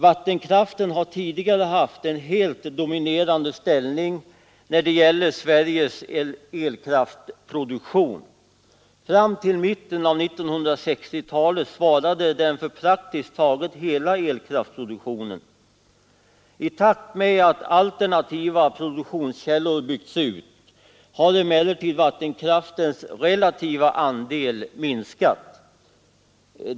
Vattenkraften har tidigare haft en helt dominerande ställning när det gäller Sveriges elkraftproduktion. Fram till mitten av 1960-talet svarade den för praktiskt taget hela elkraftproduktionen. I takt med att alternativa produktionskällor har byggts ut har emellertid vattenkraftens relativa andel minskat.